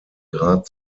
grad